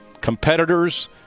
competitors